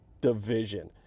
division